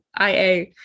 IA